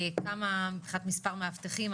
כמה מבחינת מס' מאבטחים,